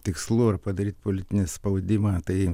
tikslu ir padaryti politinį spaudimą tai